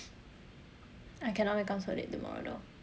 I cannot wake up so late tomorrow